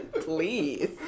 Please